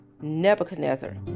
Nebuchadnezzar